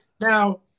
Now